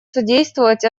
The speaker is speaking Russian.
содействовать